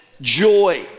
joy